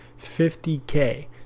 50K